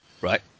Right